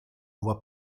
vois